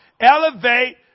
elevate